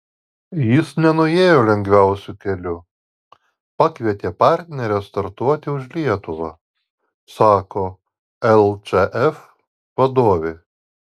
jis nenuėjo lengviausiu keliu pakvietė partnerę startuoti už lietuvą sako lčf vadovė